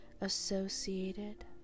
associated